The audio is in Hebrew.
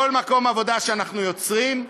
כל מקום עבודה שאנחנו יוצרים,